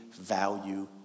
value